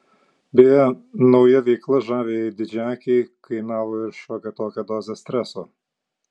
beje nauja veikla žaviajai didžiaakei kainavo ir šiokią tokią dozę streso